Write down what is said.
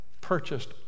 purchased